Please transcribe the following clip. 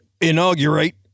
inaugurate